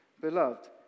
Beloved